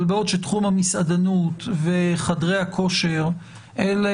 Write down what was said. אבל בעוד שתחום המסעדנות וחדרי הכושר אלה